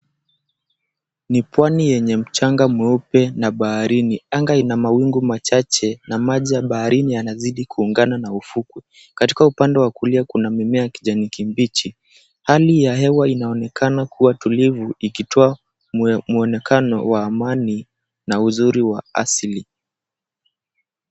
Ni pwani yenye mchanga mweupe na baharini. Anga ina mawingu machache na maji ya baharini yanazidi kuungana na ufukwe. Katika upande wa kulia kuna mimea ya kijani kibichi. Hali ya hewa inaonekana kuwa tulivu ikitoa mwonekano wa amani na uzuri wa asili.